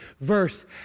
Verse